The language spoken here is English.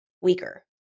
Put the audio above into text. weaker